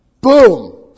boom